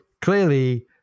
clearly